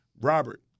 Robert